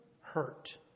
hurt